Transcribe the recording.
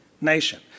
nation